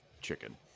chicken